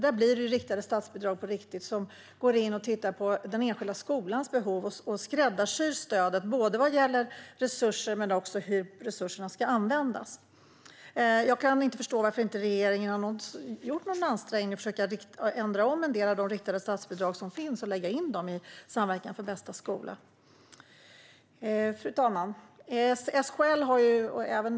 Då blir det riktade statsbidrag som på riktigt går in och ser till den enskilda skolans behov och skräddarsyr stödet när det gäller både resurser och hur resurserna ska användas. Jag kan inte förstå varför regeringen inte har gjort någon ansträngning för att ändra en del av de riktade statsbidrag som finns och för att föra in dem i Samverkan för bästa skola. Fru talman!